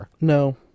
No